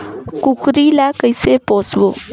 कूकरी ला कइसे पोसबो?